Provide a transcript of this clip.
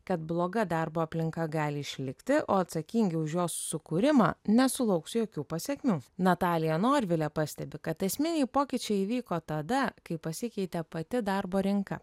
kad bloga darbo aplinka gali išlikti o atsakingi už jos sukūrimą nesulauks jokių pasekmių natalija norvilė pastebi kad esminiai pokyčiai įvyko tada kai pasikeitė pati darbo rinka